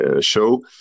show